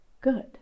good